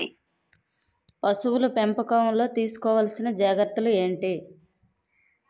పశువుల పెంపకంలో తీసుకోవల్సిన జాగ్రత్త లు ఏంటి?